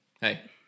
Hey